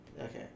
Okay